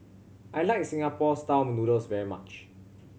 I like Singapore Style Noodles very much